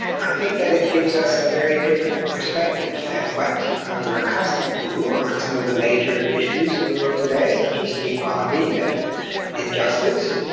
i think that it gives us a very different perspective than what we're accustomed to on some of the major issues in the world today, such as inequality and injustice,